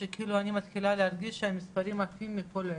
אני מתחילה להרגיש שהמספרים עפים מפה לפה.